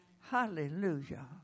Hallelujah